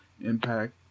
Impact